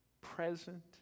present